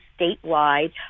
statewide